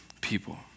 people